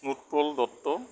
Utpal Dutta